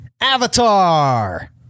Avatar